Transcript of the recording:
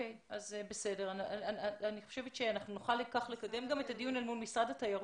אני חושבת שנוכל לקדם את הדיון מול משרד התיירות.